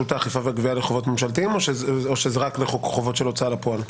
האכיפה והגבייה או שזה תקף רק לחובות להוצאה לפועל?